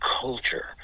culture